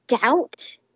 doubt